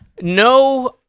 No